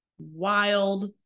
wild